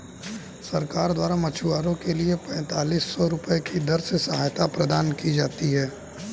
सरकार द्वारा मछुआरों के लिए पेंतालिस सौ रुपये की दर से सहायता प्रदान की जाती है